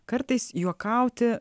kartais juokauti